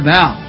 now